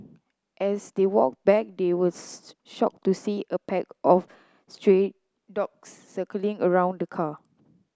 as they walked back they were shocked to see a pack of stray dogs circling around the car